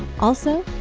also,